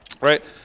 right